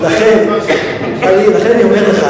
לכן אני אומר לך,